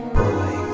boy